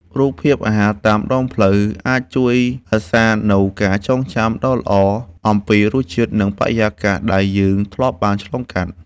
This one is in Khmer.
រូបភាពអាហារតាមដងផ្លូវ អាចជួយរក្សានូវការចងចាំដ៏ល្អអំពីរសជាតិ និងបរិយាកាសដែលយើងធ្លាប់បានឆ្លងកាត់។